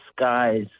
skies